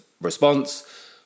response